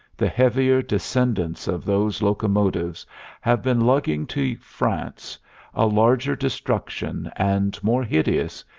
the heavier descendants of those locomotives have been lugging to france a larger destruction, and more hideous,